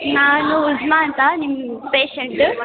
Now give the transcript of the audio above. ನಾನು ಉಜ್ಮಾ ಅಂತ ನಿಮ್ಮ ಪೇಷಂಟ್